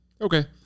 Okay